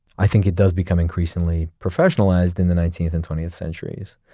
i think it does become increasingly professionalized in the nineteenth and twentieth centuries.